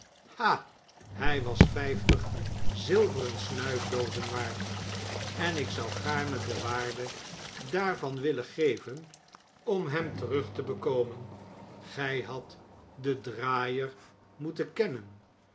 ha hij was vijftig zi veren snuifdoozen waard en ik zou gaarne de waarde daarvan willen geven om hem terug te bekomen gij hadt den draaier moeten kennen